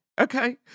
Okay